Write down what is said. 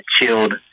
chilled